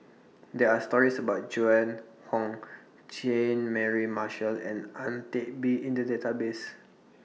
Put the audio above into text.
There Are stories about Joan Hon Jean Mary Marshall and Ang Teck Bee in The Database